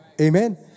Amen